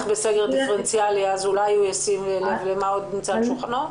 בסגר דיפרנציאלי אז אולי הוא ישים לב מה נמצא על שולחנו?